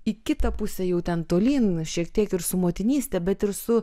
į kitą pusę jau ten tolyn šiek tiek ir su motinyste bet ir su